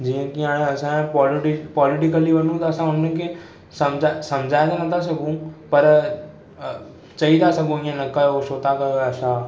जीअं कि आ असां पोलिटिकली वञूं त असां हुननि खे समझाए त न था सघूं पर चई था सघूं इएं न कयो छो था कयो या छा